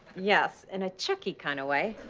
yes, in a chucky kinda way.